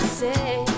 say